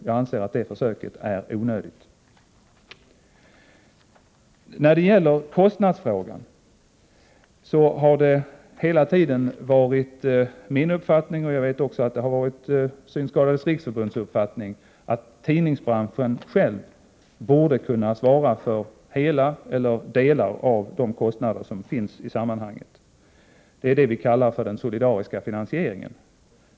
Jag anser att försöket är onödigt. När det gäller kostnadsfrågan har det hela tiden varit min uppfattning — och jag vet att det också har varit Synskadades riksförbunds uppfattning — att tidningsbranschen själv borde kunna svara för hela kostnaden eller för delar av de kostnader som finns i sammanhanget. Det är detta vi kallar för den solidariska finansieringen.